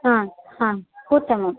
हा हा उत्तमम्